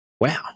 Wow